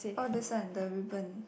oh this sun the ribbon